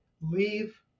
leave